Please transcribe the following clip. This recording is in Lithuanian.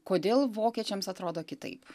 kodėl vokiečiams atrodo kitaip